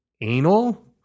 anal